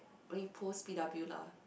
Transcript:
I mean post P_W lah